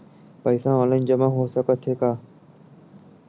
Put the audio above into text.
पईसा ऑनलाइन जमा हो साकत हे का?